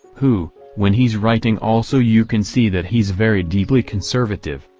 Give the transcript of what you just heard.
who, when he's writing also you can see that he's very deeply conservative,